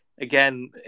again